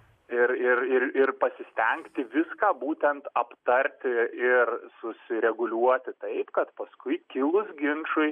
ir ir ir ir pasistengti viską būtent aptarti ir susireguliuoti taip kad paskui kilus ginčui